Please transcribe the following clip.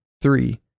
three